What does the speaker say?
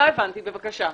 לא מכירים בזה כהשתלמות.